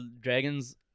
dragons